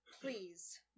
Please